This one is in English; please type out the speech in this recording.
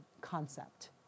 concept